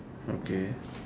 okay